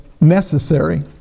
necessary